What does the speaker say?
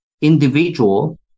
individual